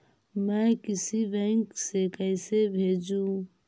मैं किसी बैंक से कैसे भेजेऊ